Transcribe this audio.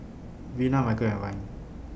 Vina Michel and Ryne